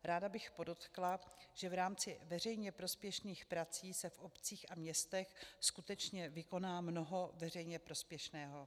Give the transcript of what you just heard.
Ráda bych podotkla, že v rámci veřejně prospěšných prací se v obcích a městech skutečně vykoná mnoho veřejně prospěšného.